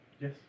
Yes